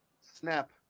Snap